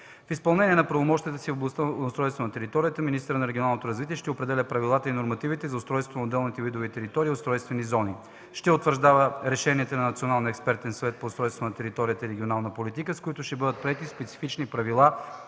В изпълнение на правомощията си в областта на устройство на територията министърът на регионалното развитие ще определя правилата и нормативите за устройство на отделните видове територии и устройствени зони, ще утвърждава решенията на Националния експертен съвет по устройство на територията и регионална политика, с които ще бъдат приети специфични правила